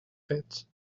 fets